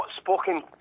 spoken